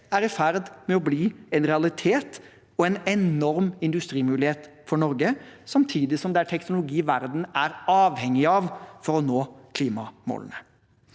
er i ferd med å bli en realitet og en enorm industrimulighet for Norge, samtidig som det er teknologi verden er avhengig av for å nå klimamålene.